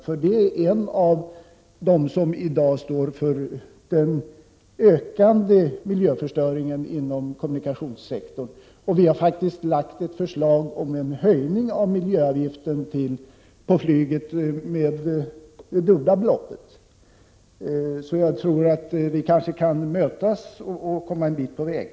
Flyget är en av de trafikgrenar som i dag står för den ökande miljöförstöringen. Vi har faktiskt lagt fram ett förslag om en höjning av miljöavgiften på flyget till det dubbla beloppet. Jag tror alltså att vi kan mötas och komma en bit på väg.